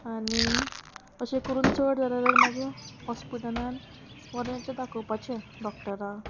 आनी अशें करून चड जाले जाल्यार मागीर हॉस्पिटलान वरो एकदां दाखोवपाचें डॉक्टरांक